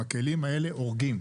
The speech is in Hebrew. הכלים האלה הורגים,